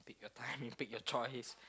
you time pick your choice